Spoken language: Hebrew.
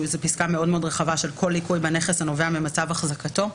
מדובר על פסקה מאוד רחבה: "כל ליקוי בנכס הנובע ממצב אחזקתו".